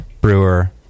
brewer